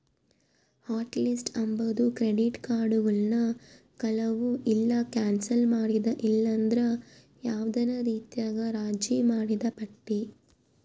hot list ಅಂಬಾದು credit ಕಾರ್ಡುಗುಳ್ನ ಕಳುವು ಇಲ್ಲ ಕ್ಯಾನ್ಸಲ್ ಮಾಡಿದ ಇಲ್ಲಂದ್ರ ಯಾವ್ದನ ರೀತ್ಯಾಗ ರಾಜಿ ಮಾಡಿದ್ ಪಟ್ಟಿ